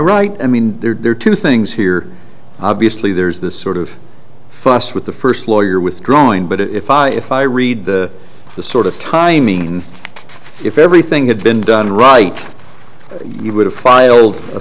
right i mean there are two things here obviously there's the sort of fuss with the first lawyer withdrawing but if i if i read the the sort of timing if everything had been done right you would have filed a